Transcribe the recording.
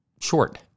short